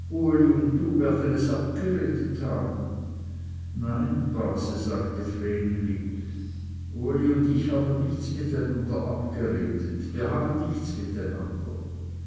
du werden es abgeredet haben nein base sagte vreneli uli und ich haben nichts miteinander abgeredet wir haben nichts